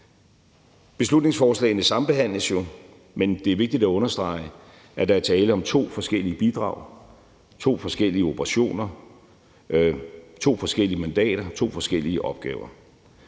Beslutningsforslagene sambehandles jo, men det er vigtigt at understrege, at der er tale om to forskellige bidrag, to forskellige operationer, to forskellige mandater, to forskellige opgaver.